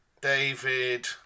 David